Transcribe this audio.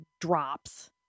drops